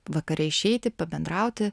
vakare išeiti pabendrauti